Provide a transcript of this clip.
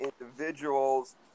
individuals